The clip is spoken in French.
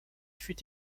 fut